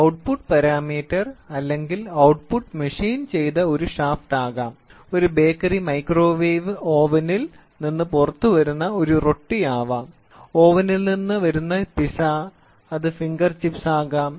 അതിനാൽ output parameter അല്ലെങ്കിൽ output machine ചെയ്ത ഒരു ഷാഫ്റ്റ് ആകാം ഒരു ബേക്കറി മൈക്രോവേവ് ഓവനിൽ നിന്ന് പുറത്തുവരുന്ന ഒരു റൊട്ടി ആകാം ഓവനിൽ നിന്ന് വരുന്ന പിസ്സ അത് ഫിംഗർ ചിപ്സ് ആകാം